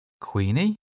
Queenie